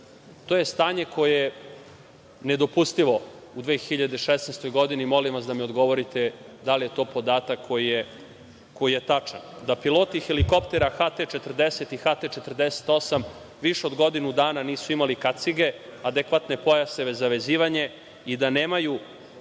je stanje koje je nedopustivo u 2016. godini, molim vas da mi odgovorite da li je to podatak koji je tačan? Da piloti helikoptera HT-40 i HT-48 više od godinu dana nisu imali kacige, adekvatne pojaseve za vezivanje i da nemaju